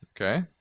Okay